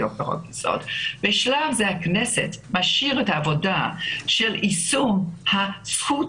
בשלב זה הכנסת משאירה את העבודה של יישום זכות